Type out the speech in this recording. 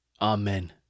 Amen